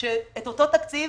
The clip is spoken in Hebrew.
- שאת אותו תקציב